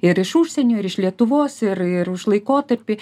ir iš užsienio ir iš lietuvos ir ir už laikotarpį